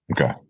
Okay